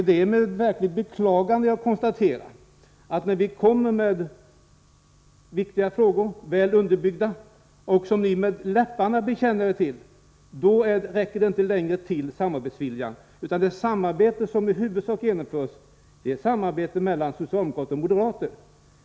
Det är med verkligt beklagande jag konstaterar att när vi på ett väl underbyggt sätt aktualiserar viktiga frågor, vilkas lösning ni med läpparna bekänner er till, räcker samarbetsviljan inte längre till; Det samarbete som kommer till stånd är i huvudsak ett samarbete mellan socialdemokrater och moderater.